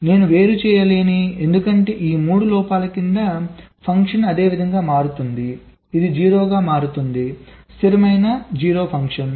నేను వేరు చేయలేను ఎందుకంటే ఈ మూడు లోపాల క్రింద ఫంక్షన్ అదే విధంగా మారుతుంది ఇది 0 గా మారుతుంది స్థిరమైన 0 ఫంక్షన్